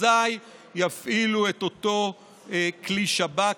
אזי יפעילו את אותו כלי שב"כ,